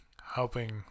helping